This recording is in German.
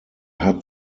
hat